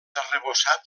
arrebossat